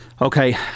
okay